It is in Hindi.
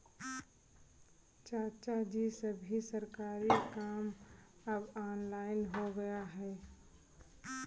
चाचाजी, सभी सरकारी काम अब ऑनलाइन हो गया है